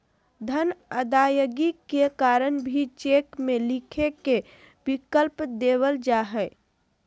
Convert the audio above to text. धन अदायगी के कारण भी चेक में लिखे के विकल्प देवल जा हइ